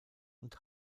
und